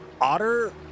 otter